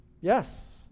Yes